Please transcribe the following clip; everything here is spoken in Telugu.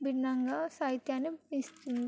భిన్నంగా సాహిత్యాన్ని ఇస్తుంది